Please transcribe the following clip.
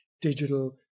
digital